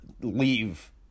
leave